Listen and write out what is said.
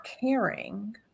caring